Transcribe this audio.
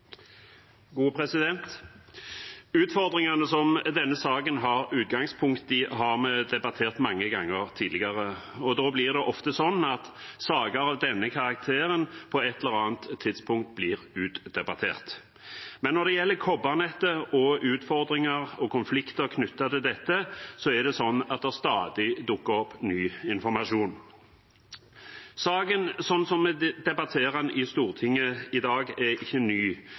denne saken har utgangspunkt i, har vi debattert mange ganger tidligere, og det er ofte slik at saker av denne karakter på et eller annet tidspunkt blir utdebattert. Men når det gjelder kobbernettet og utfordringer og konflikter knyttet til dette, dukker det stadig opp ny informasjon. Saken, slik vi debatterer den i Stortinget i dag, er ikke ny,